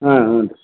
ಹಾಂ ಹ್ಞೂ ರೀ